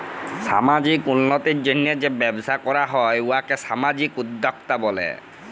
সামাজিক উল্লতির জ্যনহে যে ব্যবসা ক্যরা হ্যয় উয়াকে সামাজিক উদ্যোক্তা ব্যলে